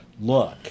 look